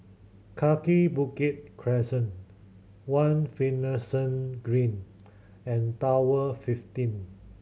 Kaki Bukit Crescent One Finlayson Green and Tower fifteen